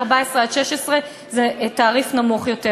14 עד 16 זה תעריף נמוך יותר.